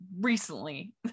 Recently